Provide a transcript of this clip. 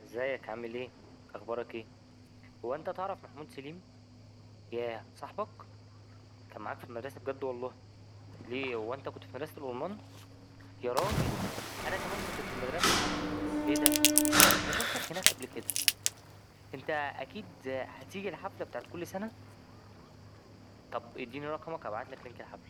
ازيك عامل ايه؟ أخبارك ايه؟ هو أنت تعرف محمود سليم ؟ ياه صاحبك كان معاك في المدرسة بجد والله! ليه هو أنت كنت في مدرسة الأورمان؟ ياراجل! أنا كمان كنت في المدرسة ايه ده أنا شوفتك هناك قبل كده أنت أكيد هتيجي الحفلة بتاع كل سنة؟ طب اديني رقمك أبعتلك لينك الحفلة